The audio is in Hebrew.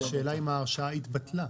השאלה היא האם ההרשאה התבטלה.